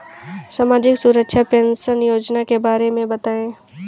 सामाजिक सुरक्षा पेंशन योजना के बारे में बताएँ?